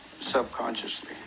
subconsciously